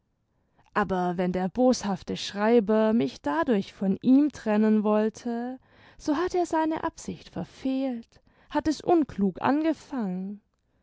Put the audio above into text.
aber wenn der boshafte schreiber mich dadurch von ihm trennen wollte so hat er seine absicht verfehlt hat es unklug angefangen